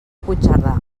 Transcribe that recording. puigcerdà